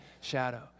shadow